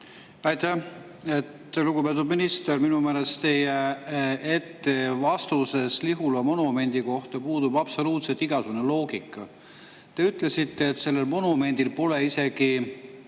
Aitäh! Lugupeetud minister! Minu meelest puudus teie vastuses Lihula monumendi kohta absoluutselt igasugune loogika. Te ütlesite, et sellel monumendil pole isegi